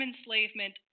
enslavement